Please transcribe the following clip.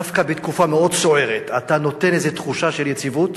דווקא בתקופה מאוד סוערת אתה נותן איזו תחושה של יציבות,